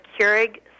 Keurig